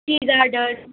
tea garden